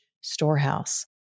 storehouse